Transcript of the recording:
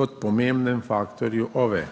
kot pomembnem faktorju OVE?